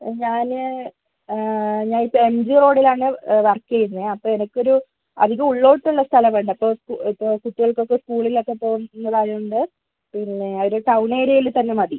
ഞാനേ night M G റോഡിലാണ് work ചെയ്യുന്നത് അപ്പോൾ എനിക്കൊരു അധികം ഉള്ളിലോട്ടുള്ള സ്ഥലം വേണ്ട കൊച്ച് കൊച്ച് കൂട്ടികളൊക്കെ സ്കൂളിൽ പോകുന്നത് ആയത് കൊണ്ട് പിന്നെ ഒരു ടൗൺ ഏരിയായിൽ തന്നെ മതി